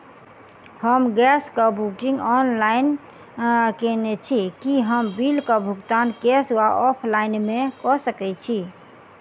हम गैस कऽ booking online केने छी, की हम बिल कऽ भुगतान कैश वा ऑफलाइन मे कऽ सकय छी?